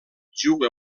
juga